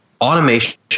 Automation